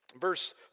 verse